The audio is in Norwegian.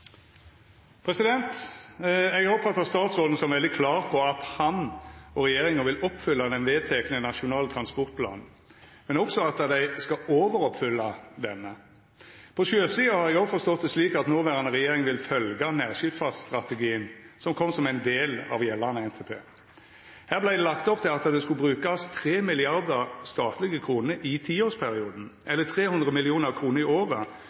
replikkordskifte. Eg oppfatta statsråden som veldig klar på at han og regjeringa vil oppfylla den vedtekne nasjonale transportplanen, men også at dei skal overoppfylla han. På sjøsida har eg også forstått det slik at noverande regjering vil følgja nærskipsfartsstrategien, som kom som ein del av gjeldande NTP. Her vart det lagt opp til at det skulle brukast 3 milliardar statlege kroner i tiårsperioden – eller 300 mill. kr i året,